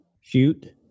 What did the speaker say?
shoot